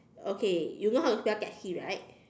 okay you know how to spell taxi right